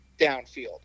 downfield